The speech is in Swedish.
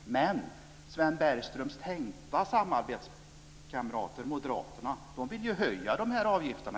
Sven Bergströms tänkta samarbetskamrater moderaterna vill dock i stället höja de här avgifterna.